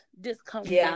discomfort